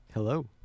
Hello